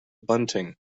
bunting